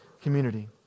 community